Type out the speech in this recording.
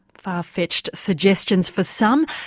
far fetched suggestions for some,